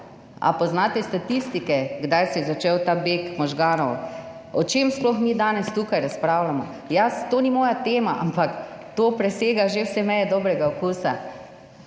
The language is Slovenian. A poznate statistike, kdaj se je začel ta beg možganov? O čem sploh mi danes tukaj razpravljamo? To ni moja tema, ampak to presega že vse meje dobrega okusa.